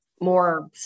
more